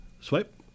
swipe